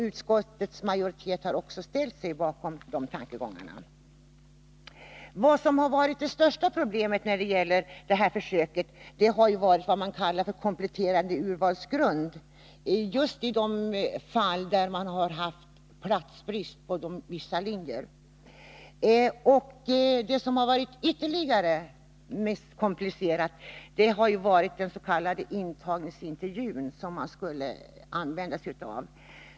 Utskottets majoritet har också ställt sig bakom de tankegångarna. Det största problemet när det gällt detta försök har varit vad man kallar för kompletterande urvalsgrund just i de fall där man haft platsbrist på vissa linjer. Till det mest komplicerade har också hört den s.k. intagningsintervju som man skulle använda sig av.